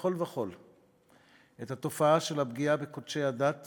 מכול וכול את התופעה של הפגיעה בקודשי הדת